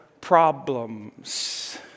problems